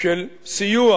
של סיוע,